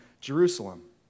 Jerusalem